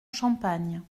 champagne